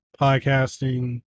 podcasting